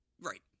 Right